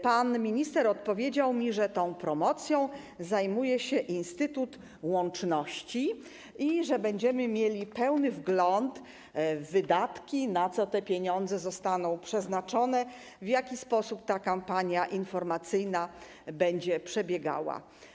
Pan minister odpowiedział mi, że promocją zajmuje się Instytut Łączności i że będziemy mieli pełny wgląd w wydatki, w to, na co te pieniądze zostaną przeznaczone, w jaki sposób ta kampania informacyjna będzie przebiegała.